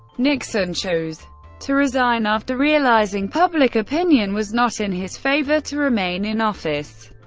nixon chose to resign after realizing public opinion was not in his favor to remain in office.